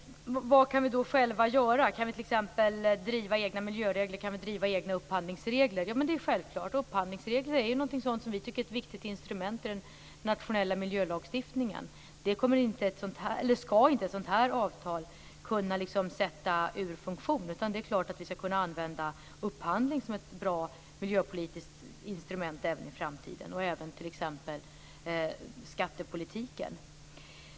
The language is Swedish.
Vad kan vi då själva göra? Kan vi t.ex. driva egna miljöregler och egna upphandlingsregler? Det är självklart att vi kan. Upphandlingsregler är ju något som vi tycker är ett viktigt instrument i den nationella miljölagstiftningen. Det skall inte ett sådant här avtal kunna sätta ur funktion, utan det är klart att vi skall kunna använda upphandling som ett bra miljöpolitiskt instrument även i framtiden och även t.ex. skattepolitiken.